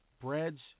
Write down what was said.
breads